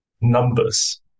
numbers